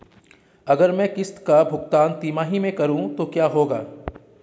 अगर मैं किश्त का भुगतान तिमाही में करूं तो क्या होगा?